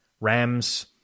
Rams